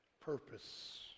purpose